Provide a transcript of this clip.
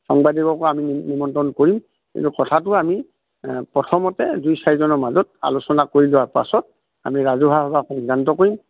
সাংবাদিকো আমি নিমন্ত্ৰণ কৰিম কিন্তু কথাটো আমি প্ৰথমতে দুই চাৰিজনৰ মাজত আলোচনা কৰি লোৱাৰ পাছত আমি ৰাজহুৱা সভাত সিদ্ধান্ত কৰিম